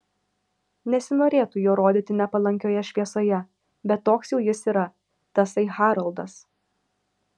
nesinorėtų jo rodyti nepalankioje šviesoje bet toks jau jis yra tasai haroldas